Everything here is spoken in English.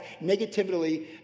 negatively